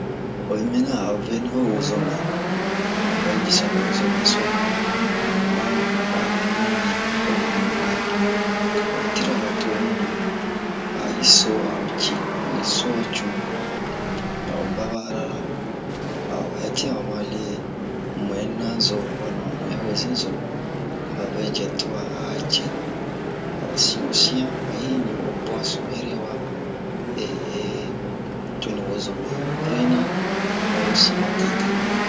Oyi mina a veni o wozome a'o bɛ jisa ho wosome so na mu a mu ɲa'a po mu be wiyan oyi tira o tonu na a oyi so a'o ci oyi suwa cu a'o baba arara a'o hɛtian o ma le mu'ɛna zo walima mu'ɛ hozin zo a'o vɛ jɛ tuwa a'o a cɛ a'o si o siyan a yi ɲu o buwason erewa toni wozome veni a wesin ma tete